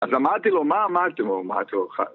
אז אמרתי לו, מה אמרתם לו? אמרתי לו...